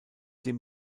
dem